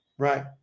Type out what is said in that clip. Right